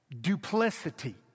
duplicity